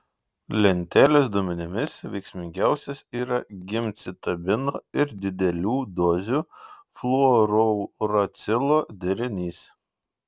lentelės duomenimis veiksmingiausias yra gemcitabino ir didelių dozių fluorouracilo derinys